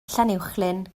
llanuwchllyn